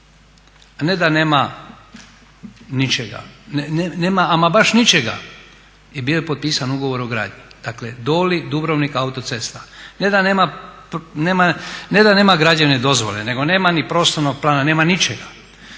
Ne da nema ničega, nema ama baš ničega i bio je potpisan ugovor o gradnji, dakle Doli-Dubrovnik autocesta. Ne da nema građevne dozvole nego nema ni prostornog plana, nema ničega.